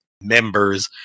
members